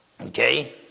Okay